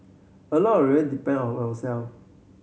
a lot really depend on yourself